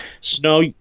snow